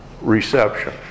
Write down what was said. reception